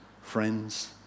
friends